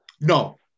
No